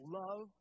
love